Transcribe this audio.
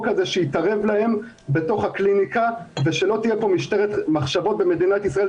כזה שיתערב להם בתוך הקליניקה ושלא תהיה פה משטרת מחשבות במדינת ישראל,